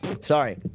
Sorry